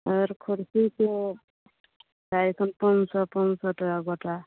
आर कुर्सीके एखन पाँच सओ पाँच सओ टाका गोटा